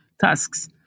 tasks